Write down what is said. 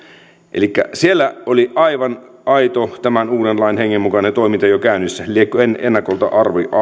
elikkä siellä oli aivan aito tämän uuden lain hengen mukainen toiminta jo käynnissä lienevätkö ennakolta